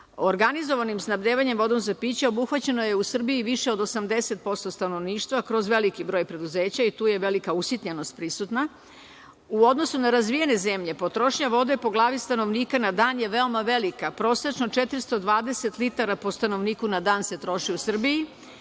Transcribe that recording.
Organizovanim snabdevanjem vodom za piće obuhvaćeno je u Srbiji više od 80% stanovništva kroz veliki broj preduzeća i tu je velika usitnjenost prisutna. U odnosu na razvijene zemlje, potrošnja vode po glavi stanovnika na dan je veoma velika, prosečno 420 litara po stanovniku na dan se troši u Srbiji,